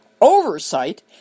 oversight